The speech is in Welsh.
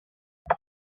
ond